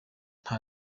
nta